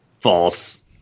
False